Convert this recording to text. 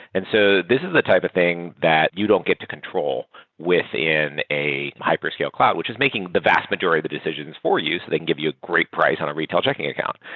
and so this is the type of thing that you don't get to control within a hyperscale cloud, which is making the vast majority of the decisions for you so they can give you a great price on a retail checking account.